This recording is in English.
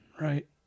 right